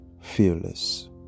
Fearless